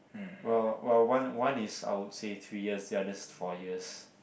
well well one one is I would say three years the others four years